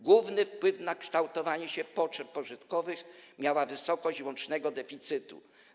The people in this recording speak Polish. Główny wpływ na kształtowanie się potrzeb pożyczkowych miała wysokość łącznego deficytu.